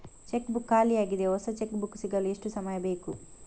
Check book ಖಾಲಿ ಯಾಗಿದೆ, ಹೊಸ ಚೆಕ್ ಬುಕ್ ಸಿಗಲು ಎಷ್ಟು ಸಮಯ ಬೇಕು?